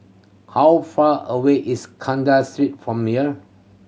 how far away is Kandahar Street from here